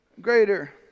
greater